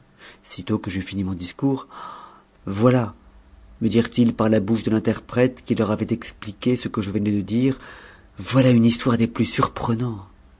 sitôt que j'eus fini mon discours voilà me dirent-ils par la bouche de l'interprète qui leur avait expliqué ce que je venais de dire voilà une histoire des plus surprenantes